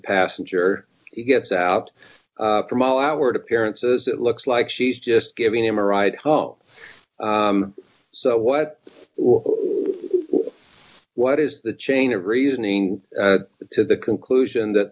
passenger he gets out from all outward appearances it looks like she's just giving him a ride home so what or what is the chain of reasoning to the conclusion that